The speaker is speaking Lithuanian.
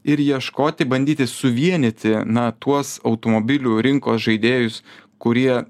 ir ieškoti bandyti suvienyti na tuos automobilių rinkos žaidėjus kurie